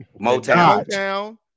Motown